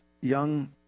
young